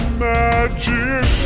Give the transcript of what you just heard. magic